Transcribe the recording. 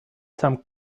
some